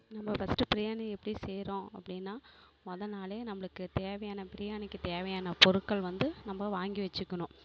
நம்ம ஃபஸ்ட்டு பிரியாணி எப்படி செய்கிறோம் அப்படின்னா மொத நாளே நம்மளுக்கு தேவையான பிரியாணிக்கு தேவையான பொருட்கள் வந்து நம்ம வாங்கி வச்சுக்கணும்